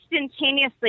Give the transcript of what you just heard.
instantaneously